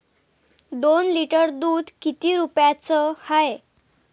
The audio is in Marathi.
दोन लिटर दुध किती रुप्याचं हाये?